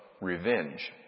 revenge